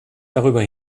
darüber